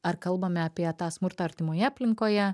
ar kalbame apie tą smurtą artimoje aplinkoje